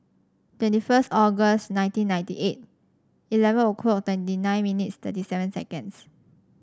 twenty first August nineteen ninety eight eleven o'clock twenty nine minutes thirty seven seconds